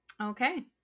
Okay